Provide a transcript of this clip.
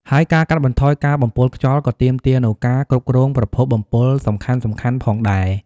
ហើយការកាត់បន្ថយការបំពុលខ្យល់ក៏ទាមទារនូវការគ្រប់គ្រងប្រភពបំពុលសំខាន់ៗផងដែរ។